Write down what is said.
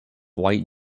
white